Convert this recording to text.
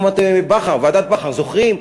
ועדת בכר, זוכרים?